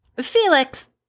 Felix